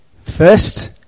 First